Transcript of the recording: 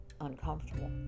uncomfortable